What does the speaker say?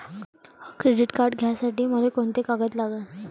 Credit card घ्यासाठी मले कोंते कागद लागन?